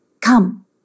Come